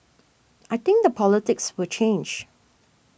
I think the politics will change